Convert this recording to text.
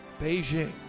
Beijing